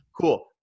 Cool